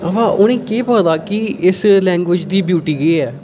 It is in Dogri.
अवा उ'नेंगी केह् पता कि इस लैंग्विज दी ब्यूटी केह् ऐ